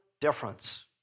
difference